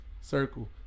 circle